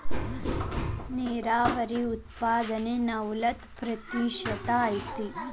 ನೇರಾವರಿ ಉತ್ಪಾದನೆ ನಲವತ್ತ ಪ್ರತಿಶತಾ ಐತಿ